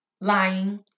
lying